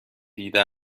دیده